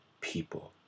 people